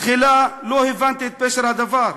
תחילה לא הבנתי את פשר הדבר,